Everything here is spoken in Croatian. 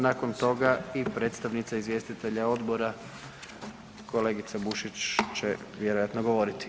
Nakon toga i predstavnica izvjestitelja odbora kolegica Bušić će vjerojatno govoriti.